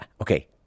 okay